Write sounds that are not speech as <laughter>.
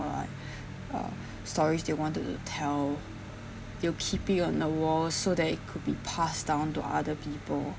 like <breath> uh stories they wanted to tell they will keep it on the walls so that it could be passed down to other people